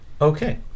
Okay